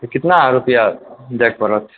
कितना रुपआ दय परत